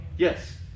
Yes